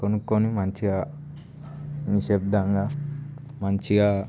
కొనుక్కొని మంచిగా నిశ్శబ్దంగా మంచిగా